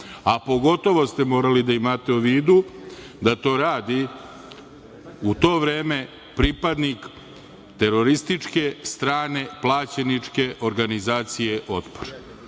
A pogotovo ste morali da imate u vidu da to radi u to vreme pripadnik terorističke strane plaćeničke organizacije Otpor. Ja